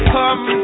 come